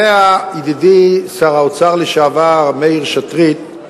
יודע ידידי שר האוצר לשעבר מאיר שטרית,